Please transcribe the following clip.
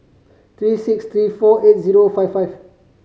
three six three four eight zero five five